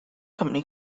company